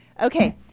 Okay